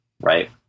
right